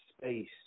space